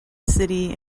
city